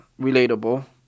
relatable